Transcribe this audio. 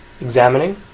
examining